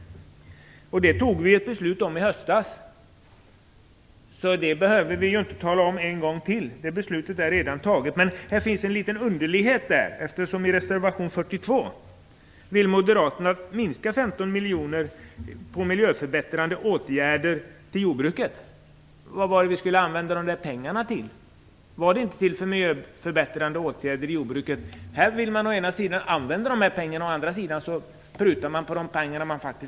Det fattade vi ett beslut om i höstas, så det behöver vi inte göra en gång till. Men här finns en liten underlighet. I reservation 42 vill Moderaterna minska med 15 miljoner miljöförbättrande åtgärder till jordbruket. Vad var det vi skulle använda pengarna till? Var det inte till miljöförbättrande åtgärder i jordbruket? Här vill man alltså å ena sidan använda dessa pengar till miljöförbättringar, å andra sidan prutar man på dem.